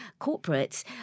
corporates